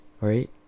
right